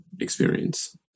experience